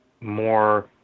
more